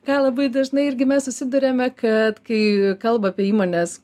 ką labai dažnai irgi mes susiduriame kad kai kalba apie įmonės